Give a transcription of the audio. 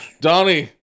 Donnie